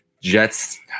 Jets